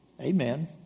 Amen